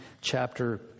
chapter